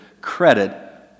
credit